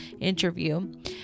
interview